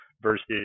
versus